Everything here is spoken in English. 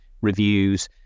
reviews